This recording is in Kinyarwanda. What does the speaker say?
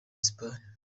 espagne